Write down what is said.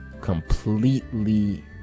completely